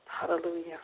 hallelujah